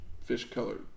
fish-colored